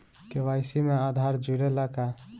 KYC में आधार जुड़े ला का?